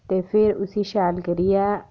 ते फ्ही उसी शैल करियै